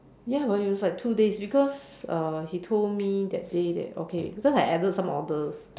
ya but it was like two days because uh he told me that day that okay because I added some orders